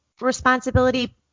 responsibility